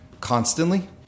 constantly